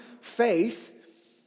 faith